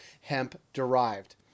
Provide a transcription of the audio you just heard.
hemp-derived